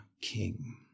king